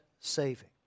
saving